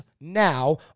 now